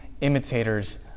imitators